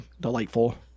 delightful